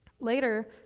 Later